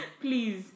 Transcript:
Please